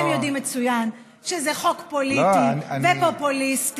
אתם יודעים שזה חוק פוליטי ופופוליסטי,